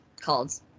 called